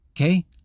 Okay